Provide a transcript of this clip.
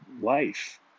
life